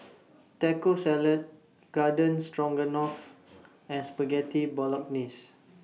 Taco Salad Garden Stroganoff and Spaghetti Bolognese